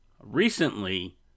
Recently